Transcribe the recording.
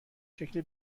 شکل